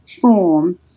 form